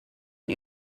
een